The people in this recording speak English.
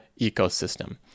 ecosystem